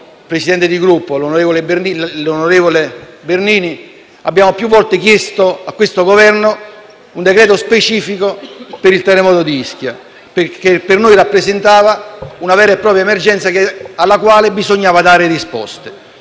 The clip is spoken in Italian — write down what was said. presidente, onorevole Bernini, abbiamo più volte chiesto al Governo un provvedimento specifico per il terremoto di Ischia, che per noi rappresenta una vera e propria emergenza alla quale bisogna dare risposte.